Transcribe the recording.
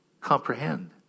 comprehend